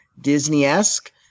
Disney-esque